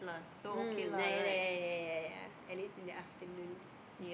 mm ya lah ya lah ya lah ya lah ya lah at least in the afternoon